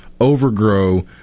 overgrow